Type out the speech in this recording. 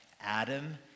Adam